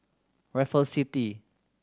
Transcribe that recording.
Raffles City